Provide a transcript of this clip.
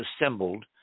assembled